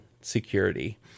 security